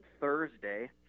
Thursday